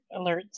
alerts